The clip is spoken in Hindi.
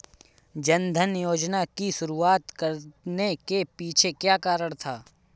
जन धन योजना की शुरुआत करने के पीछे क्या कारण था?